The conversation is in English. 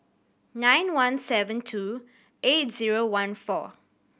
nine one seven two eight zero one four